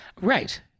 right